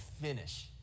finish